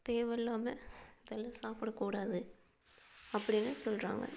தேவையில்லாம அதெல்லாம் சாப்பிடக்கூடாது அப்படின்னு சொல்கிறாங்க